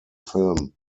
film